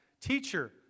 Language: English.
teacher